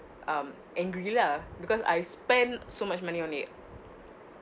um angry lah because I spent so much money on it